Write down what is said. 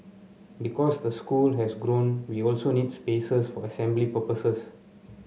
because the school has grown we also needs spaces for assembly purposes